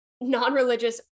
non-religious